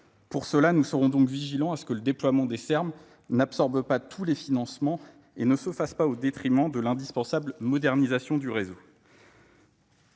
pour cela nous serons donc vigilants à ce que le déploiement des termes n'absorbe pas tous les financements et ne se fasse pas au détriment de l'indispensable modernisation du réseau.